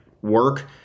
work